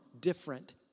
different